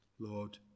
Lord